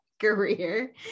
career